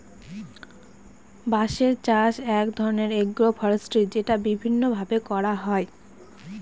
বাঁশের চাষ এক ধরনের এগ্রো ফরেষ্ট্রী যেটা বিভিন্ন ভাবে করা হয়